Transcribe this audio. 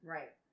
Right